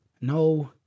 No